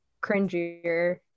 cringier